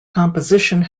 composition